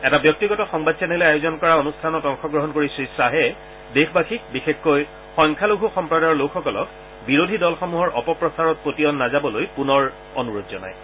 এটা ব্যক্তিগত সংবাদ চেনেলে আয়োজন কৰা অনুষ্ঠানত অংশগ্ৰহণ কৰি শ্ৰীয়াহে দেশবাসীক বিশেষকৈ সংখ্যালঘূ সম্প্ৰদায়ৰ লোকসকলক বিৰোধী দলসমূহৰ অপপ্ৰচাৰত প্ৰতিয়ন নাযাবলৈ পুনৰ অনুৰোধ জনাইছে